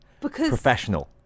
Professional